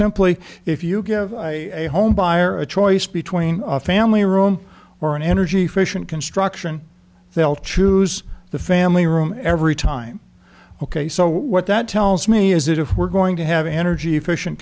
simply if you give a home buyer a choice between a family room or an energy efficient construction they'll choose the family room every time ok so what that tells me is that if we're going to have energy efficient